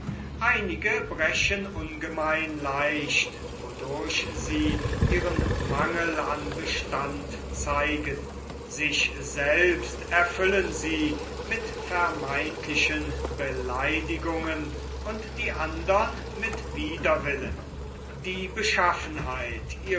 einige brechen ungemein leicht wodurch sie ihren mangel an bestand zeigen sich selbst erfüllen sie mit vermeintlichen beleidigungen und die andern mit widerwillen die beschaffenheit